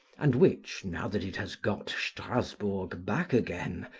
and which, now that it has got strasburg back again,